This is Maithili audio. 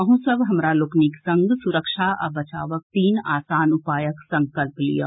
अहूँ सब हमरा लोकनिक संग सुरक्षा आ बचावक तीन आसान उपायक संकल्प लियऽ